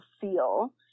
feel